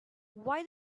why